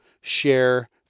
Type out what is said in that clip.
share